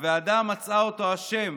הוועדה מצאה אותו אשם